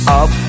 up